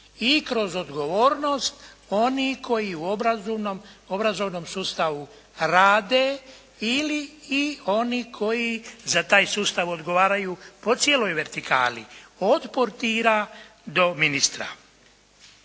i kroz odgovornost onih koji u obrazovnom sustavu rade ili i oni koji za taj sustav odgovaraju po cijeloj vertikali, od portira do ministra.